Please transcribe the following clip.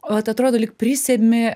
vat atrodo lyg prisemi